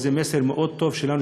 וזה מסר מאוד טוב שלנו,